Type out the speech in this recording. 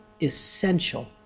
essential